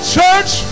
church